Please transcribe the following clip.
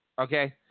Okay